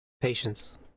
Patience